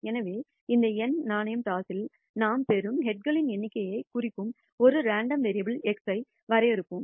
எனவே இந்த n நாணயம் டாஸில் நாம் பெறும் ஹெட்களின் எண்ணிக்கையைக் குறிக்கும் ஒரு ரேண்டம் வேரியபுல் x ஐ வரையறுப்போம்